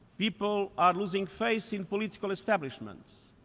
people are losing faith in political establishments,